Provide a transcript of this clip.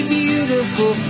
beautiful